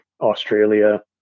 Australia